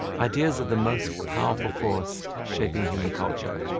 ideas are the most powerful force shaping human culture.